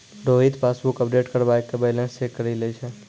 Rohit passbook update करबाय के balance check करि लै छै